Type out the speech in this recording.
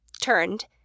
turned